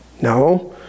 no